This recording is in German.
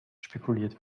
spekuliert